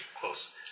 close